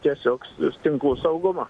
tiesiog tinklų saugumą